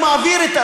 הוא מעביר,